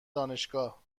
دانشگاه